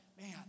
Man